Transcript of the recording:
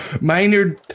Minor